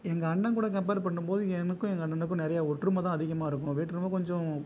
எங்கள் அண்ணன் கூட கம்ப்பேர் பண்ணும் போது எனக்கும் எங்கள் அண்ணனுக்கும் நிறையா ஒற்றுமை தான் அதிகமாக இருக்கும் வேற்றுமை கொஞ்சம்